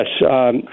Yes